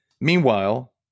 Meanwhile